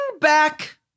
back